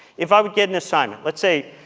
if i would get an assignment, let's say,